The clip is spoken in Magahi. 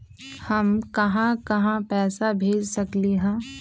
हम कहां कहां पैसा भेज सकली ह?